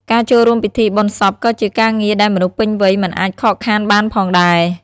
ការចូលរួមពិធីបុណ្យសពក៏ជាការងារដែលមនុស្សពេញវ័យមិនអាចខកខានបានផងដែរ។